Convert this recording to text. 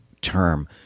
term